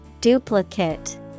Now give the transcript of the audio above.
Duplicate